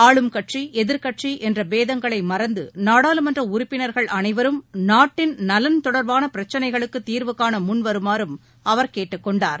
ஆளும் கட்சி எதிர்க்கட்சி என்ற பேதங்களை மறந்து நாடாளுமன்ற உறுப்பினர்கள் அனைவரும் நாட்டின் நலன் தொடர்பான பிரச்னைகளுக்குத் தீர்வு கான முன்வருமாறும் அவர் கேட்டுக் கொண்டார்